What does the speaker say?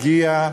הגיע.